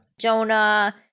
Jonah